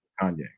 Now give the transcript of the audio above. Kanye